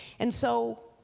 and so